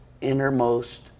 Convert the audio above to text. innermost